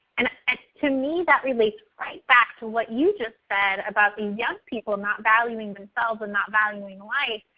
and to me that relates right back to what you just said about young people not valuing themselves and not valuing life.